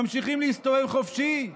ממשיכים להסתובב חופשי.